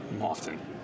often